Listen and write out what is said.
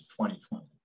2020